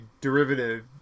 derivative